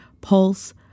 pulse